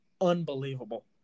unbelievable